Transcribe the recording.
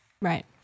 Right